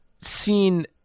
seen